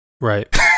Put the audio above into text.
Right